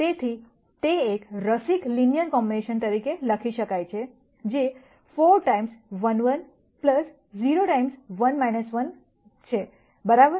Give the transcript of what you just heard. તેથી તે એક રસિક લિનયર કોમ્બિનેશન તરીકે લખી શકાય છે જે 4 ટાઈમ્સ 1 1 0 ટાઈમ્સ 1 1 બરાબર છે